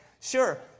sure